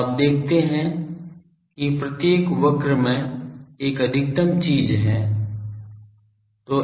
तो आप देखते हैं कि प्रत्येक वक्र में एक अधिकतम चीज है